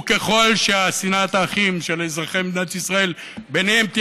וככל ששנאת האחים בין אזרחי ישראל תהיה